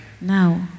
Now